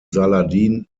saladin